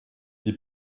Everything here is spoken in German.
die